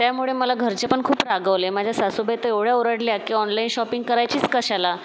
त्यामुळे मला घरचे पण खूप रागावले माझ्या सासूबाई तर एवढ्या ओरडल्या की ऑनलाइन शॉपिंग करायचीच कशाला